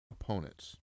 opponents